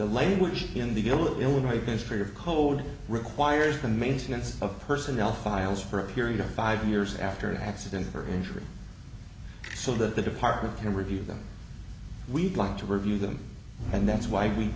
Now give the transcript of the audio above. language in the illinois history of code requires the maintenance of personnel files for a period of five years after an accident or injury so that the department can review them we'd like to review them and that's why we